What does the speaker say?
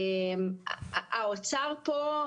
האוצר פה,